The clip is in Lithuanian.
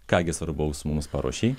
ką gi svarbaus mums paruošei